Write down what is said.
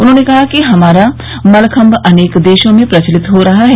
उन्होंने कहा कि हमारा मलखम्ब अनेक देशों में प्रचलित हो रहा है